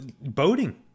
boating